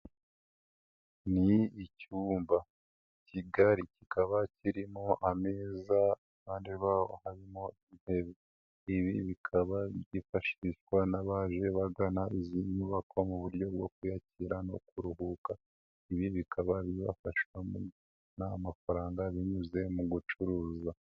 Ni icyumba, kigari kikaba kirimo ameza, iruhande rwaho harimo intebe. Ibi bikaba byifashishwa n'abaje bagana izi nyubako mu buryo bwo kuyakira no kuruhuka. Ibi bikaba bibafasha mu kubona amafaranga binyuze mu gucuruza.